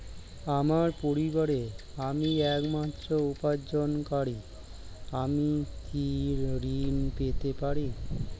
আমার পরিবারের আমি একমাত্র উপার্জনকারী আমি কি ঋণ পেতে পারি?